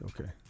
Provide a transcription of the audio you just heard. Okay